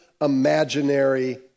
imaginary